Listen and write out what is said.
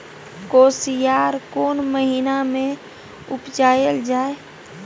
कोसयार कोन महिना मे उपजायल जाय?